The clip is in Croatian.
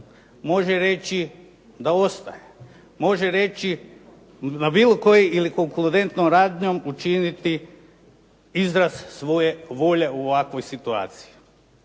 može reći da ostaje, može reći, na bilo koji ili …/Govornik se ne razumije./… radnjom učiniti izraz svoje volje u ovakvoj situaciji.